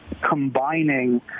Combining